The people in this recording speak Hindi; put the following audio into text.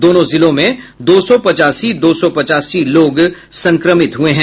दोनों जिलों में दो सौ पचासी दो सौ पचासी लोग संक्रमित हुये हैं